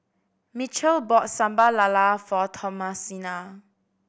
Mitchell bought Sambal Lala for Thomasina